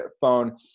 phone